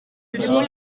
jim